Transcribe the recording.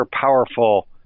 powerful